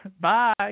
Bye